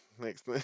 Next